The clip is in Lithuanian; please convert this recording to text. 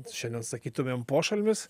šiandien sakytumėm pošalmis